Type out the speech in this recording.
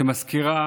שמזכירה